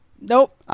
Nope